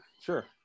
Sure